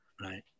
Right